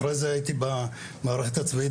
אחרי זה הייתי במערכת הצבאית,